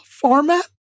format